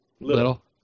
Little